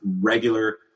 regular